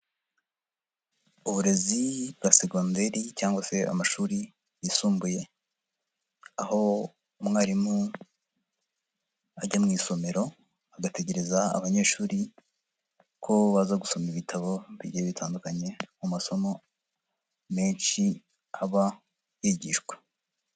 Uburezi bwa segonderi cyangwa se amashuri yisumbuye, aho umwarimu ajya mu isomero, agategereza abanyeshuri ko baza gusoma ibitabo bigeye bitandukanye mu masomo menshi aba yigishwa.